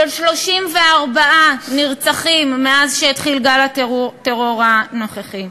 של 34 נרצחים מאז שהתחיל גל הטרור הנוכחי.